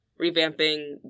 revamping